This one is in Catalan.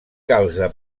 calze